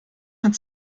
hat